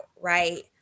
right